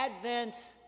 Advent